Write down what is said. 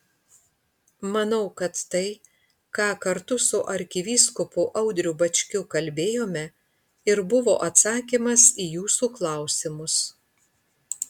manau kad tai ką kartu su arkivyskupu audriu bačkiu kalbėjome ir buvo atsakymas į jūsų klausimus